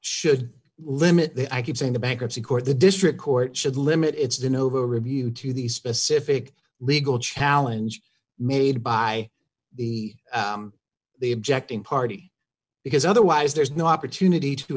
should limit the i keep saying the bankruptcy court the district court should limit it's been over review to the specific legal challenge made by the the objecting party because otherwise there's no opportunity to